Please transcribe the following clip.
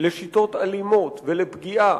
לשיטות אלימות ולפגיעה,